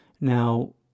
Now